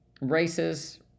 races